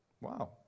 Wow